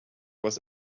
was